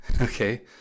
okay